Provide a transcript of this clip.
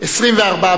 2 נתקבלו.